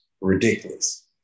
ridiculous